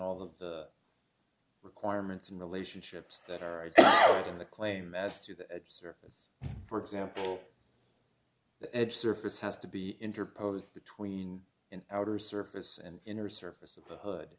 all of the requirements and relationships that are in the claim as to the surface for example the edge surface has to be interposed between an outer surface and inner surface of the hood